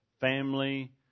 family